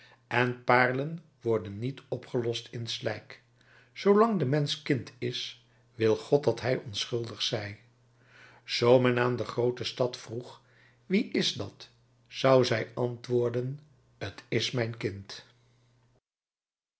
en paarlen worden niet opgelost in slijk zoolang de mensch kind is wil god dat hij onschuldig zij zoo men aan de groote stad vroeg wie is dat zou zij antwoorden t is mijn kind